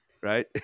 Right